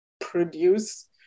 produce